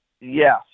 Yes